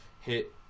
Hit